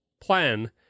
plan